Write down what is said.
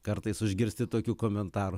kartais užgirsti tokių komentarų